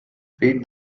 feed